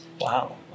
Wow